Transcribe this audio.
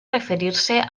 referirse